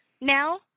now